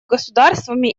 государствами